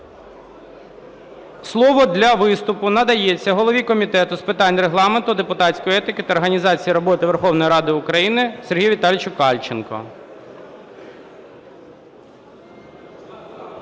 Слово для виступу надається голові Комітету з питань Регламенту, депутатської етики та організації роботи Верховної Ради України Сергію Віталійовичу Кальченку.